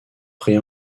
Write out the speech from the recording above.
prit